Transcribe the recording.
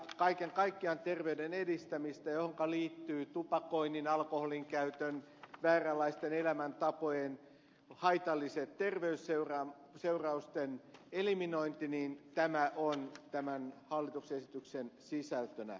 kaiken kaikkiaan terveyden edistäminen johonka liittyy tupakoinnin alkoholinkäytön vääränlaisten elämäntapojen haitallisten terveysseurausten eliminointi on tämän hallituksen esityksen sisältönä